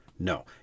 No